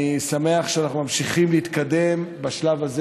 אני שמח שאנחנו ממשיכים להתקדם בשלב הזה